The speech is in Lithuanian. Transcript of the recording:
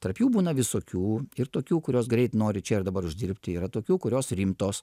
tarp jų būna visokių ir tokių kurios greit nori čia ir dabar uždirbti yra tokių kurios rimtos